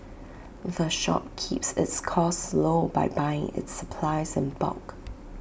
the shop keeps its costs low by buying its supplies in bulk